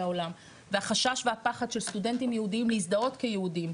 העולם והחשש והפחד של סטודנטים יהודים להזדהות כיהודים,